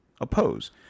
oppose